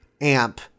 amp